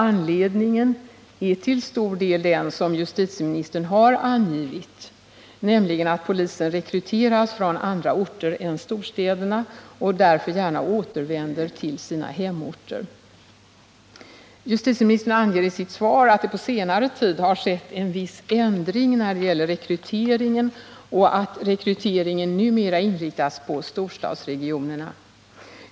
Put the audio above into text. Anledningen är till stor del den som justitieministern har angivit, nämligen att polisen rekryterats från andra orter än storstäderna och därför gärna återvänder till sina hemorter. Justitieministern anger i sitt svar att det på senare tid har skett en viss ändring när det gäller rekryteringen och att rekryteringen numera inriktats på storstadsregionerna.